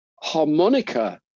harmonica